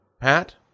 Pat